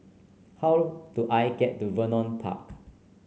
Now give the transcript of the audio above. how do I get to Vernon Park